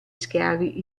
schiavi